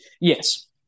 Yes